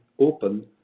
open